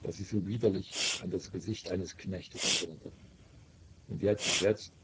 das sie so widerlich an das gesicht eines knechtes erinnerte und jetzt jetzt